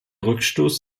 rückstoß